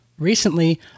Recently